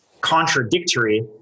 contradictory